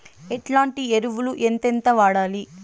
ఎట్లాంటి ఎరువులు ఎంతెంత వాడాలి?